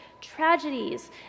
tragedies